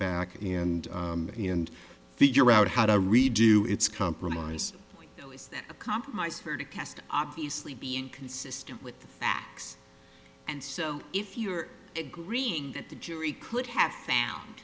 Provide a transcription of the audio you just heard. back and me and figure out how to redo it's compromise a compromise for to cast obviously be inconsistent with the facts and so if you're agreeing that the jury could have